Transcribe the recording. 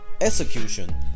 execution